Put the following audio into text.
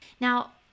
Now